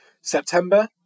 September